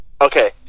Okay